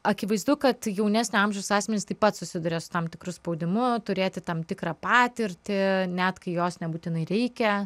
akivaizdu kad jaunesnio amžiaus asmenys taip pat susiduria su tam tikru spaudimu turėti tam tikrą patirtį net kai jos nebūtinai reikia